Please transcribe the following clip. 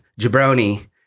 Jabroni